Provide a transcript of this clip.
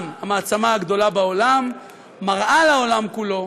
גם המעצמה הגדולה בעולם מראה לעולם כולו,